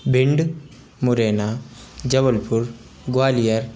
Bhind Morena Jabalpur Gwalior